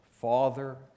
Father